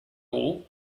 all